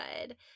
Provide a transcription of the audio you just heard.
good